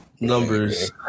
Numbers